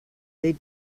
they